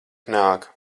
nāk